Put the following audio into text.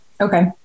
okay